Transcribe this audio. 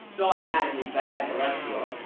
it's automatically bad cholesterol.